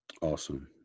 Awesome